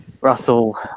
Russell